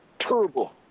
terrible